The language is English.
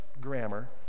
grammar